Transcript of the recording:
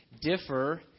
differ